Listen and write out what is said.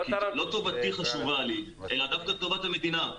כי לא טובתי חשובה לי אלא דווקא טובת המדינה.